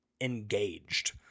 engaged